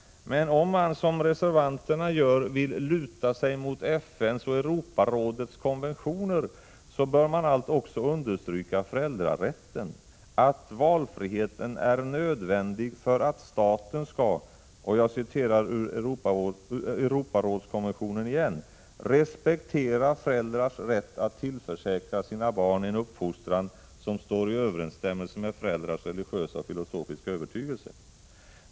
Men om man som reservanterna gör lutar sig mot FN:s och Europarådets konventioner bör man nog understryka även föräldrarätten — att valfriheten är nödvändig för att staten skall, enligt Europarådets konvention, respektera föräldrars rätt att tillförsäkra sina barn en uppfostran som står i överensstämmelse med föräldrarnas religiösa och filosofiska övertygelse.